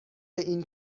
این